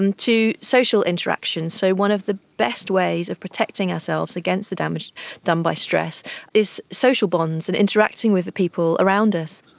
um to social interactions. so one of the best ways of protecting ourselves against the damage done by stress is social bonds and interacting with people around us.